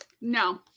No